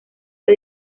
fue